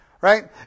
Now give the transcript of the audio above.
right